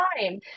time